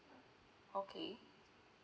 okay